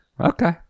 Okay